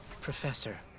Professor